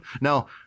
Now